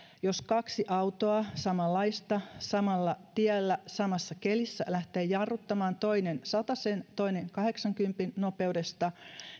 jos kaksi samanlaista autoa samalla tiellä samassa kelissä lähtee jarruttamaan toinen satasen toinen kahdeksankympin nopeudesta